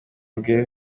bwe